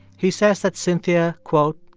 he says that cynthia, quote,